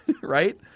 right